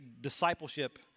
discipleship